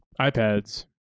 iPads